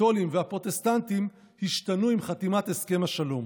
הקתולים והפרוטסטנטים, השתנו עם חתימת הסכם השלום.